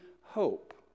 hope